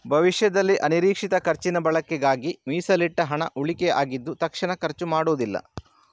ಭವಿಷ್ಯದಲ್ಲಿ ಅನಿರೀಕ್ಷಿತ ಖರ್ಚಿನ ಬಳಕೆಗಾಗಿ ಮೀಸಲಿಟ್ಟ ಹಣ ಉಳಿಕೆ ಆಗಿದ್ದು ತಕ್ಷಣ ಖರ್ಚು ಮಾಡುದಿಲ್ಲ